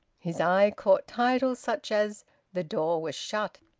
his eye caught titles such as the door was shut,